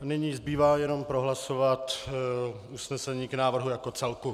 Nyní zbývá jenom prohlasovat usnesení k návrhu jako celku.